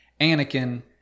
Anakin